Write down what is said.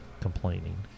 complaining